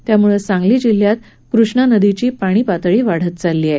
त्यामुळे सांगली जिल्ह्यात कृष्णा नदीतील पाणी पातळी वाढत चालली आहे